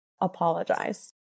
apologize